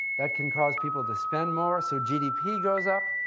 that can cause people to spend more, so gdp goes up.